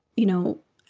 you know,